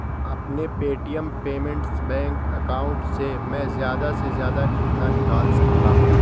اپنے Paytm payments bank account سے میں زیادہ سے زیادہ کتنا نکال سکتا ہوں